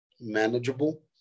manageable